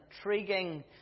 intriguing